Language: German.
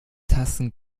tassen